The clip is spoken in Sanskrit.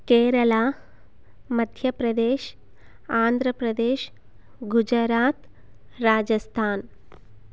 केरला मध्यप्रदेश् आन्ध्रप्रदेश् गुजरात् राजस्थान्